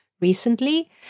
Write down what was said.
recently